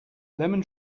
lemon